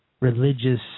religious